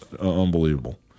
unbelievable